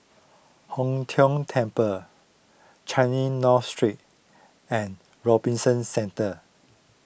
Hong Tho Temple Changi North Street and Robinson Centre